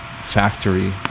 factory